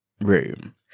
room